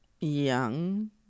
Young